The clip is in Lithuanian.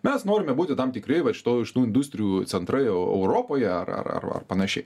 mes norime būti tam tikri vat šito šitų industrijų centrai europoje ar ar ar ar panašiai